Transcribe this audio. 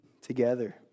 together